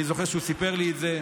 אני זוכר שהוא סיפר לי את זה.